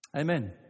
Amen